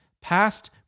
Past